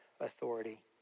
authority